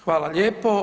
Hvala lijepo.